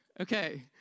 Okay